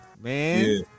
man